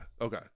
Okay